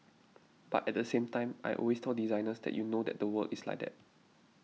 but at the same time I always tell designers that you know that the world is like that